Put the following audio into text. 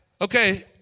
Okay